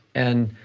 and,